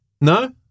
No